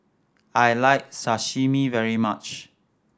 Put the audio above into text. I like Sashimi very much